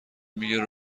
میگه